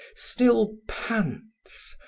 still pants,